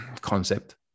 concept